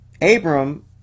Abram